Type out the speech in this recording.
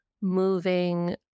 moving